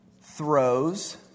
throws